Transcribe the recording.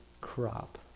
crop